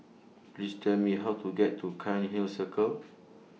Please Tell Me How to get to Cairnhill Circle